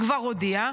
כבר הודיע,